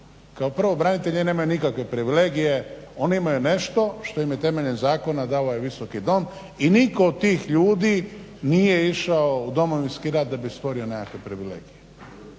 Kao prvo branitelji nemaju nikakve privilegije, oni imaju nešto što im je temeljem zakona dao ovaj Visoki dom i nitko od tih ljudi nije išao u Domovinski rat da bi stvorio nekakve privilegije.